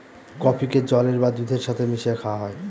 কফিকে জলের বা দুধের সাথে মিশিয়ে খাওয়া হয়